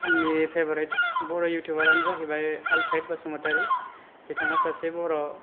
आंनि फेभारेथ बर' इउथुबारानो जाहैबाय आलफ्रेद बसुमतारी बिथाङा सासे बर'